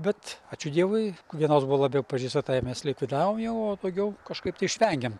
bet ačiū dievui vienos buvo labiau pažeista tą ir mes likvidavom jau o daugiau kažkaip tai išvengėm